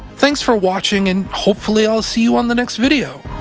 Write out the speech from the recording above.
thanks for watching, and hopefully i'll see you on the next video.